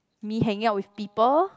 me hanging out with people